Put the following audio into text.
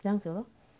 这样子 lor